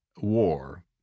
war